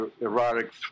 erotic